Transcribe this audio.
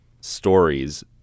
stories